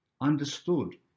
understood